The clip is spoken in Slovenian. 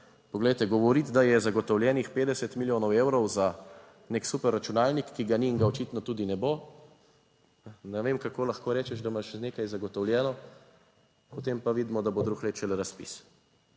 poglejte, govoriti, da je zagotovljenih 50 milijonov evrov za nek superračunalnik, ki ga ni in ga očitno tudi ne bo, ne vem, kako lahko rečeš, da imaš nekaj zagotovljeno, potem pa vidimo, da bo drugo leto šele razpis.